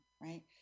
right